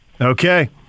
Okay